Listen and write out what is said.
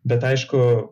bet aišku